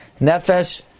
Nefesh